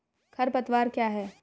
खरपतवार क्या है?